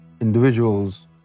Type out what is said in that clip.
individuals